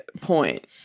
point